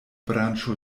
branĉo